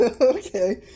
Okay